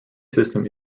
system